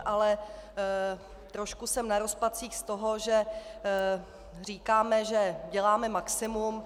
Ale trošku jsem na rozpacích z toho, že říkáme, že děláme maximum.